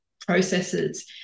processes